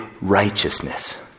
righteousness